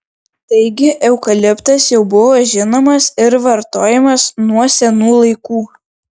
taigi eukaliptas jau buvo žinomas ir vartojamas nuo senų laikų